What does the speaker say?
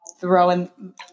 throwing